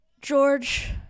George